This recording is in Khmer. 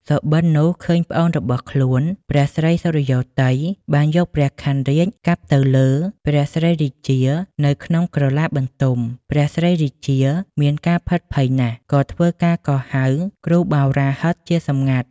សុបិននោះឃើញប្អូនរបស់ខ្លួន ព្រះស្រីសុរិយោទ័យ បានយកព្រះខ័នរាជកាប់ទៅលើ ព្រះស្រីរាជានៅក្នុងក្រឡាបន្ទំ ព្រះស្រីរាជាមានការភិតភ័យណាស់ក៏ធ្វើការកោះហៅគ្រូបោរាហិតជាសម្ងាត់។